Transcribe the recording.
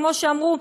כמו שאמרו,